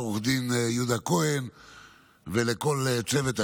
לעו"ד יהודה כהן ולכל צוות הלשכה.